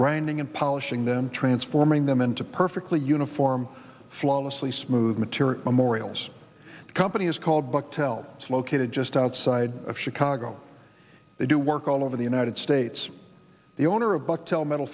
grinding and polishing them transforming them into perfectly uniform flawlessly smooth material memorials the company is called buck tell it's located just outside of chicago they do work all over the united states the owner of buck tell metal